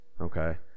Okay